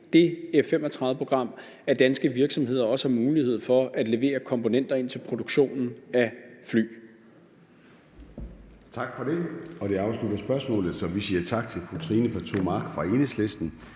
det F-35-program, at danske virksomheder også har mulighed for at levere komponenter ind til produktionen af fly.